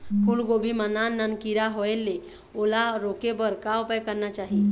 फूलगोभी मां नान नान किरा होयेल ओला रोके बर का उपाय करना चाही?